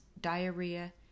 diarrhea